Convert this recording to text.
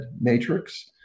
matrix